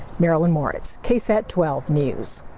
marilyn moritz ksat twelve news.